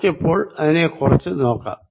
നമുക്കിപ്പോൾ അതിനെക്കുറിച്ചു നോക്കാം